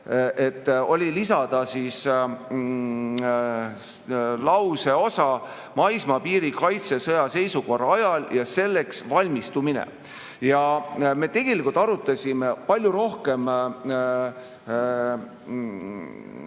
et oli lisatud lauseosa "maismaapiiri kaitse sõjaseisukorra ajal ja selleks valmistumine". Me tegelikult arutasime palju rohkem